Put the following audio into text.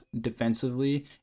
defensively